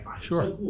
sure